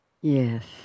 yes